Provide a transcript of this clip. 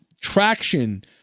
traction